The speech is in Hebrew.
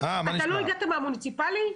אתה לא הגעת מהמוניציפלי?